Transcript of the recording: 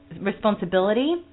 responsibility